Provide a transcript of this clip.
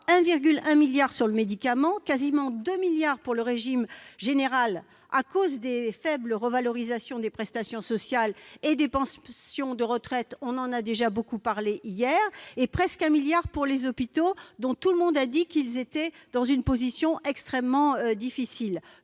1,1 milliard d'euros sur le médicament, quasiment 2 milliards d'euros pour le régime général, à cause des faibles revalorisations des prestations sociales et des pensions de retraite- nous en avons beaucoup parlé hier -et presque 1 milliard d'euros pour les hôpitaux, dont tout le monde dit pourtant qu'ils se trouvent dans une situation extrêmement difficile.